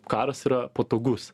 karas yra patogus